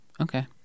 Okay